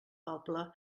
poble